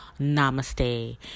namaste